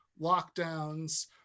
lockdowns